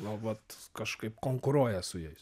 nu vat kažkaip konkuruoja su jais